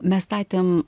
mes statėm